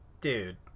Dude